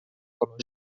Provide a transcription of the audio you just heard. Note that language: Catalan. color